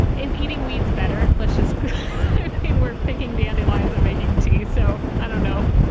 is eating weeds better? let's just we're picking dandelions and making tea. so i don't know.